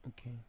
Okay